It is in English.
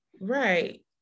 Right